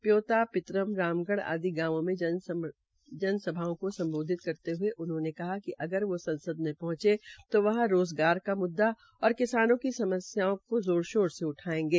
प्योता पितरम रामगढ़ आदि गांवों मे जनसभाओं को सम्बोधित करते हये उन्होंने कहा कि अगर वो ससंद में पहुंचे तो वहां रोज़गार का मुद्दा और किसानों की समस्याओं को जोर शोर से उठायेंगे